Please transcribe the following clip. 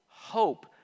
Hope